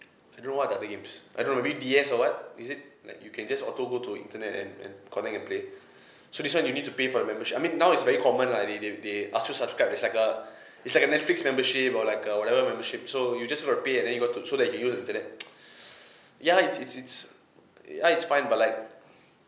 I don't know what the other games I don't know maybe D_S or what is it like you can just auto go to internet and and connect and play so this one you need to pay for the membership I mean now it's very common lah they they they ask you subscribe is like a like a netflix membership or like uh whatever membership so you just gonna pay and then you got to so that you can use the internet ya it's it's it's ya it's fine but like